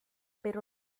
pero